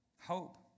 Hope